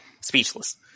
speechless